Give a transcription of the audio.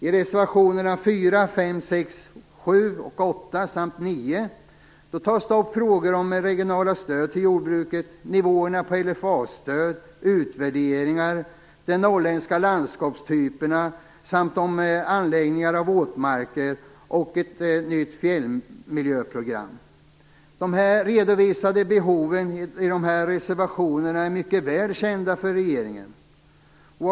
I reservationerna 4, 5, 6, 7, 8 samt 9 tar man upp frågor om regionala stöd till jordbruket, nivåerna på De redovisade behoven i dessa reservationer är mycket väl kända för regeringen.